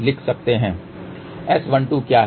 S12 क्या है